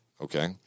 Okay